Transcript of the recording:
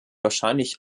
wahrscheinlich